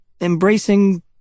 embracing